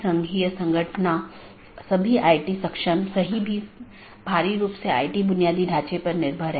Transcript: इसलिए बहुत से पारगमन ट्रैफ़िक का मतलब है कि आप पूरे सिस्टम को ओवरलोड कर रहे हैं